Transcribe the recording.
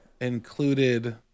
included